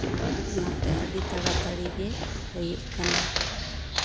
ᱚᱱᱟᱛᱮ ᱟᱹᱰᱤ ᱛᱟᱲᱟ ᱛᱟ ᱲᱤᱜᱮ ᱦᱳᱭᱳᱜ ᱠᱟᱱᱟ